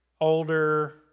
older